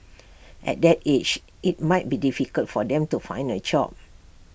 at that age IT might be difficult for them to find A job